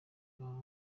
bwa